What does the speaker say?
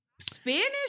Spanish